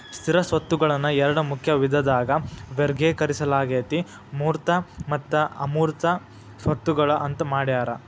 ಸ್ಥಿರ ಸ್ವತ್ತುಗಳನ್ನ ಎರಡ ಮುಖ್ಯ ವಿಧದಾಗ ವರ್ಗೇಕರಿಸಲಾಗೇತಿ ಮೂರ್ತ ಮತ್ತು ಅಮೂರ್ತ ಸ್ವತ್ತುಗಳು ಅಂತ್ ಮಾಡ್ಯಾರ